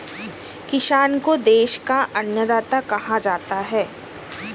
किसान को देश का अन्नदाता कहा जाता है